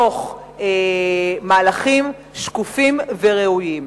תוך מהלכים שקופים וראויים.